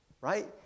right